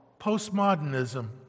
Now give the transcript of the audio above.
postmodernism